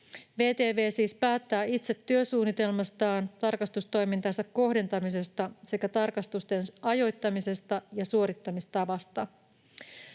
VTV siis päättää itse työsuunnitelmastaan, tarkastustoimintansa kohdentamisesta sekä tarkastusten ajoittamisesta ja suorittamistavasta.